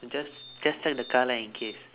you just just check the car lah in case